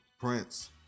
Prince